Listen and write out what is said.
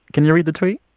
can you read the tweet?